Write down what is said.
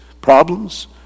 problems